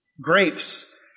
grapes